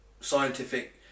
scientific